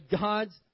god's